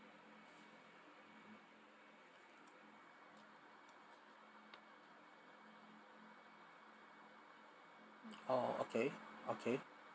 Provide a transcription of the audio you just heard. oh okay okay